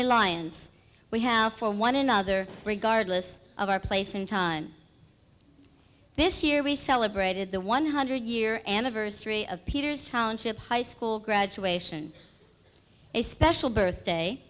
reliance we have for one another regardless of our place in time this year we celebrated the one hundred year anniversary of peter's township high school graduation a special birthday